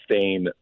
Fame